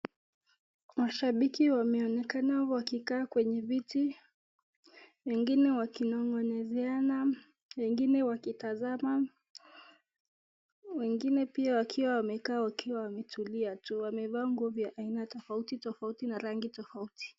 Mashabiki wanaonekana wamekaa kwenye viti wengine wakinongoneseana, wengine wakitasama, wengine pia wakiwa wamekaa wakiwa wametulia tu, wamevaa nguo vya aina tofauti tofauti na rangi tofauti.